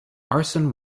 arson